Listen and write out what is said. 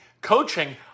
coaching